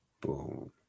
Boom